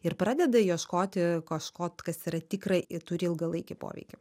ir pradeda ieškoti kažko kas yra tikra ir turi ilgalaikį poveikį